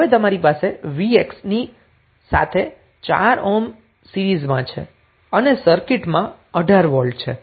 હવે તમારી પાસે vx ની સાથે 4 ઓહ્મ સીરીઝમાં છે અને સર્કિટમાં 18 વોલ્ટ છે